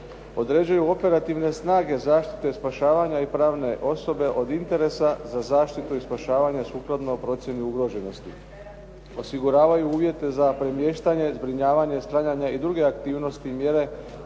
Određuju operativne snage zaštite i spašavanja i pravne osobe od interesa za zaštitu i spašavanje sukladno procjeni i ugroženosti. Osiguravaju uvjete za premještanje, zbrinjavanje, …/Govornik se ne razumije./… i druge aktivnosti i mjere